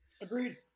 Agreed